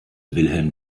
wilhelm